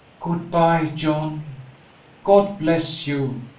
good-by, john god bless you!